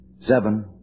seven